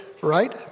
right